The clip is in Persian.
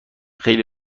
خیلی